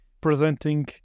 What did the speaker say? presenting